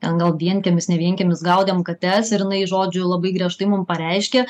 ten gal vienkiemis ne vienkiemis gaudėm kates ir jinai žodžiu labai griežtai mum pareiškė